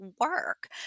work